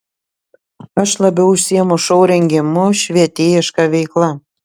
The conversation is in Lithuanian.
aš labiau užsiimu šou rengimu švietėjiška veikla